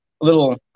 little